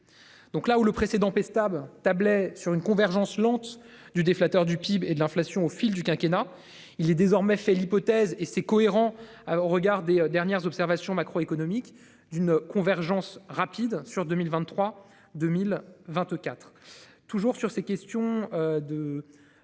Donc, là où le précédent stable tablait sur une convergence lente du déflecteur du PIB et de l'inflation au fil du quinquennat. Il est désormais fait l'hypothèse et c'est cohérent au regard des dernières observations macro-économique d'une convergence rapide sur 2023 2024, toujours sur ces questions de